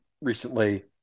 recently